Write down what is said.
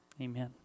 amen